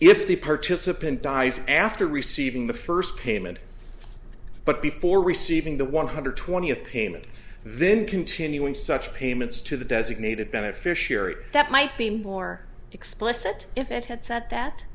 if the participant dies after receiving the first payment but before receiving the one hundred twentieth payment then continuing such payments to the designated beneficiary that might be more explicit if it had set that